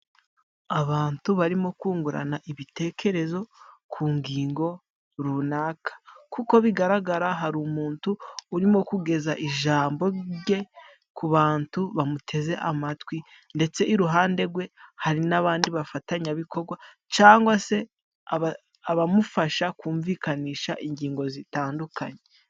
Abantu barimo kungurana ibitekerezo ku ngingo runaka. kuko bigaragara hari umuntu urimo kugeza ijambo rye ku bantu bamuteze amatwi, ndetse iruhande gwe hari n'abandi bafatanyabikogwa cyangwa se abamufasha kumvikanisha ingingo zitandukanye.